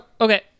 okay